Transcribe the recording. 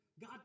God